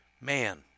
man